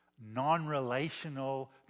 non-relational